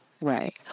right